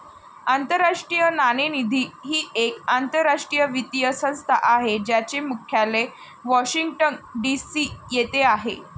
आंतरराष्ट्रीय नाणेनिधी ही एक आंतरराष्ट्रीय वित्तीय संस्था आहे ज्याचे मुख्यालय वॉशिंग्टन डी.सी येथे आहे